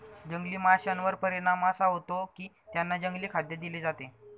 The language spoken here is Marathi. जंगली माशांवर परिणाम असा होतो की त्यांना जंगली खाद्य दिले जाते